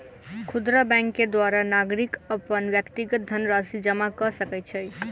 खुदरा बैंक के द्वारा नागरिक अपन व्यक्तिगत धनराशि जमा कय सकै छै